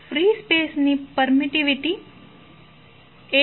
free space ની permittivity 8